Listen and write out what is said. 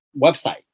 website